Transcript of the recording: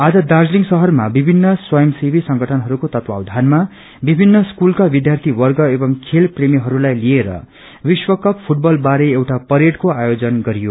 आज दार्जीलिङ शहरमा विभिन्न स्वयंसेवी संगठनहरूको तत्वावधनमा विभिन्न स्कूलका विद्यार्थीकर्म एवं खेलप्रेमीहरूलाई तिएर विश्वकप फूटबल बारे एउटा परेडको आयोजन गरियो